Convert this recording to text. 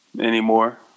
anymore